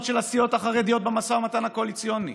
של הסיעות החרדיות במשא ומתן הקואליציוני,